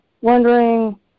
wondering